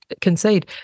concede